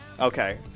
Okay